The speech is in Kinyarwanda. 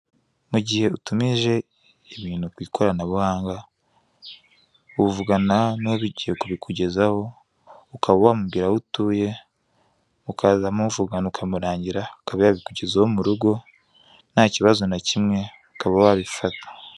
Mu gihe utumije ibintu ku ikoranabuhanga uvugana nugiye kubikugezaho ukaba wamubwira aho utuye, mukaza muvugana ukamurangira akaba yabikugezaho mu rugo nta kibazo ntakimwe ukaba warifata.